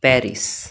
Paris